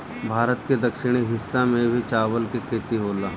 भारत के दक्षिणी हिस्सा में भी चावल के खेती होला